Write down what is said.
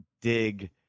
dig